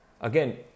Again